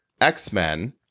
X-Men